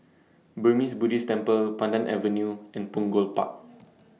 Burmese Buddhist Temple Pandan Avenue and Punggol Park